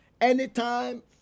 Anytime